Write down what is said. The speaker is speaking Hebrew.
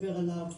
סיפר עליו,